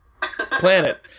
planet